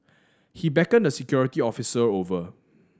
he beckoned a security officer over